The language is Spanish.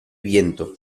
viento